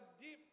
deep